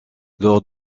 lors